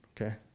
okay